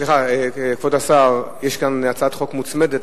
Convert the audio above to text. כבוד השר, סליחה, יש כאן הצעת חוק מוצמדת.